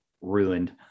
ruined